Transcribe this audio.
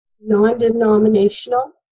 non-denominational